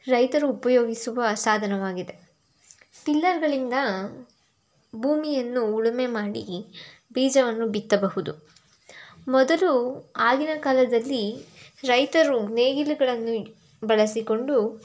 ರೈತರು ಉಪಯೋಗಿಸುವ ಸಾಧನವಾಗಿದೆ ಟಿಲ್ಲರ್ಗಳಿಂದ ಭೂಮಿಯನ್ನು ಉಳುಮೆಮಾಡಿ ಬೀಜವನ್ನು ಬಿತ್ತಬಹುದು ಮೊದಲು ಆಗಿನ ಕಾಲದಲ್ಲಿ ರೈತರು ನೇಗಿಲುಗಳನ್ನು ಬಳಸಿಕೊಂಡು